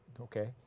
okay